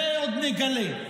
את זה עוד נגלה.